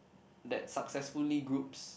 that successfully groups